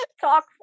talk